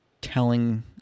telling